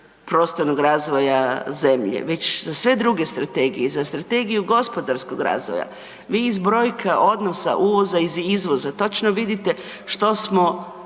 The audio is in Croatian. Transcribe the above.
prostornog razvoja zemlje, već za sve druge strategije i za strategiju gospodarskog razvoja. Vi iz brojka odnosa uvoza i izvoza točno vidite što smo